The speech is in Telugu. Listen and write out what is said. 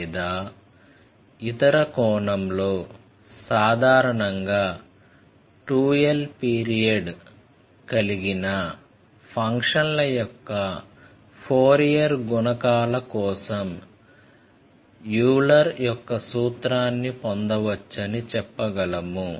లేదా ఇతర కోణంలో సాధారణంగా 2l పీరియడ్ కలిగిన ఫంక్షన్ల యొక్క ఫోరియర్ గుణకాల కోసం యూలర్ యొక్క సూత్రాన్నిపొందవచ్చని చెప్పగలము